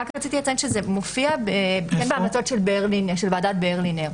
רציתי לציין שזה מופיע בהמלצות של ועדת ברלינר.